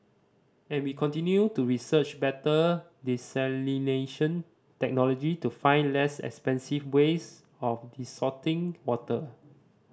and we continue to research better desalination technology to find less expensive ways of desalting water